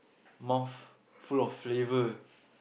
mouth full of flavour